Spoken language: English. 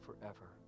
forever